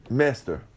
master